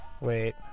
Wait